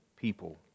people